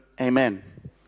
amen